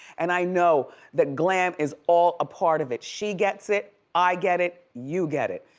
and i know that glam is all a part of it. she gets it. i get it. you get it.